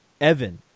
Evan